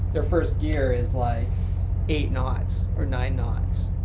their first year is like eight knots or nine knots.